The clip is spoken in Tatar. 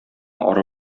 ары